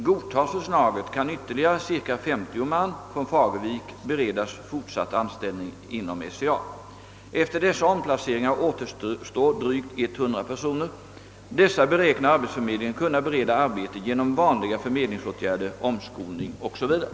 Godtas förslaget kan ytterligare ca 50 man från Fagervik beredas fortsatt anställning inom SCA. Efter dessa omplaceringar återstår drygt 100 personer. Dessa beräknar arbetsförmedlingen kunna bereda arbete genom vanliga förmedlingsåtgärder, omskolning osv.